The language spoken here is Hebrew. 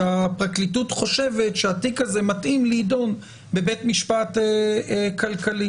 שהפרקליטות חושבת שהתיק הזה מתאים להידון בבית משפט כלכלי,